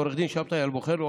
לעו"ד שבתאי אלבוחר,